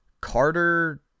Carter